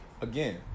again